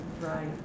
Right